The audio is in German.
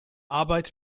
arbeit